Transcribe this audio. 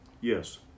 Yes